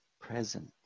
present